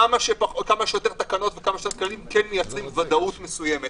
כמה שיותר תקנות וכמה שיותר כללים כן מייצרים ודאות מסוימת